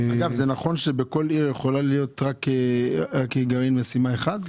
זה נכון שבכל עיר יכול להיות רק גרעין משימה אחד?